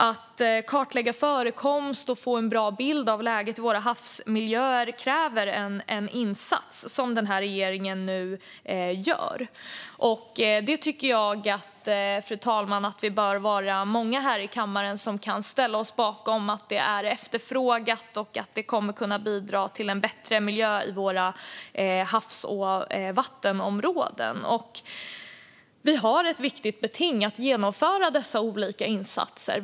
Att kartlägga förekomsten och få en bra bild av läget i våra havsmiljöer kräver en sådan insats som den här regeringen nu gör. Fru talman! Vi bör vara många här i kammaren som kan ställa oss bakom att det är efterfrågat. Det kommer att kunna bidra till en bättre miljö i våra havs och vattenområden. Vi har ett viktigt beting att genomföra med dessa olika insatser.